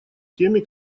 теми